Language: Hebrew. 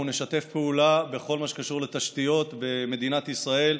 אנחנו נשתף פעולה בכל מה שקשור לתשתיות במדינת ישראל.